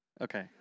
Okay